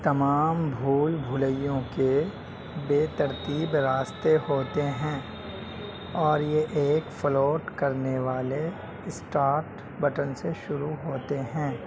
تمام بھول بھلیوں کے بے ترتیب راستے ہوتے ہیں اور یہ ایک فلوٹ کرنے والے اسٹارٹ بٹن سے شروع ہوتے ہیں